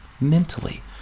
Mentally